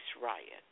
riot